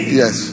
yes